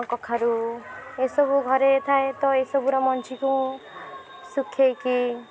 କଖାରୁ ଏସବୁ ଘରେ ଥାଏ ତ ଏ ସବୁର ମଞ୍ଜିକୁ ଶୁଖେଇକି